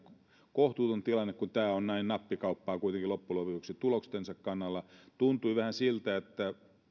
kohtuuton tilanne kun tämä on näin nappikauppaa kuitenkin loppujen lopuksi tuloksensa kannalta tuntui vähän siltä että